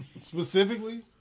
specifically